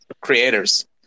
creators